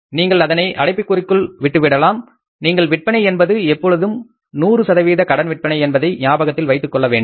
நீங்கள் அதனை அடைப்புக்குறிக்குள் விட்டுவிடலாம் நீங்கள் விற்பனை என்பது எப்போதும் 100 கடன் விற்பனை என்பதை ஞாபகத்தில் வைத்துக் கொள்ளவேண்டும்